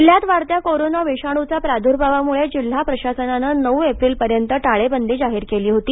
जिल्ह्यात वाढणाऱ्या कोरोना विषाणूच्या प्राद्भावामुळे जिल्हा प्रशासनानं नऊ एप्रिलपर्यंत टाळेबंदी जाहीर केली होती